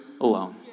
alone